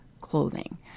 clothing